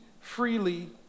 Freely